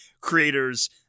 creators